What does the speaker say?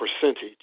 percentage